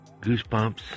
goosebumps